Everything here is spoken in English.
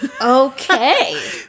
Okay